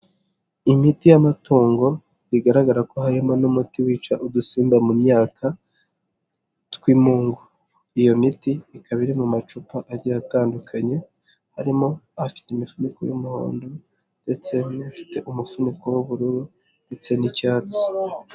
Imiti y'amatungo bigaragara ko harimo n'umuti wica udusimba mu myaka tw'imungu, iyo miti ikaba iri mu macupa agiye atandukanye, harimo afite imifuniko y'umuhondo ndetse n'undi ufite umufuniko w'ubururu ndetse n'icyatsi.